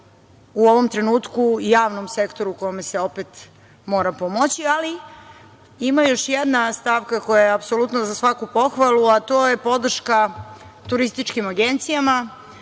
u ovom trenutku javnom sektoru, kome se opet mora pomoći. Ali, ima još jedna stavka koja je apsolutno za svaku pohvalu, a to je podrška turističkim agencijama,